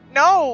no